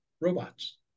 robots